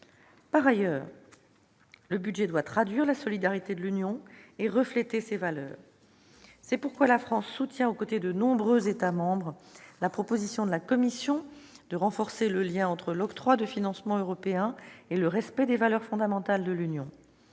Par ailleurs, le budget doit traduire la solidarité de l'Union européenne et refléter ses valeurs. C'est pourquoi la France soutient, au côté de nombreux États membres, la proposition de la Commission européenne de renforcer le lien entre l'octroi de financements européens et le respect des valeurs fondamentales de l'Union